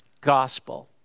gospel